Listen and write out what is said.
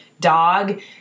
dog